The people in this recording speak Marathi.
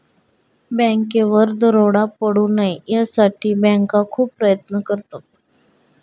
बँकेवर दरोडा पडू नये यासाठी बँका खूप प्रयत्न करतात